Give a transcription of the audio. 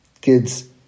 Kids